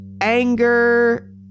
anger